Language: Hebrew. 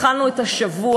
התחלנו את השבוע,